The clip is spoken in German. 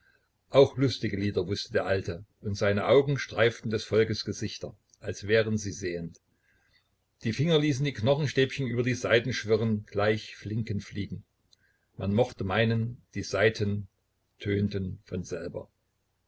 auch lustige lieder wußte der alte und seine augen streiften des volkes gesichter als wären sie sehend die finger ließen die knochenstäbchen über die saiten schwirren gleich flinken fliegen man mochte meinen die saiten tönten von selber